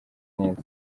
neza